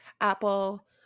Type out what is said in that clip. apple –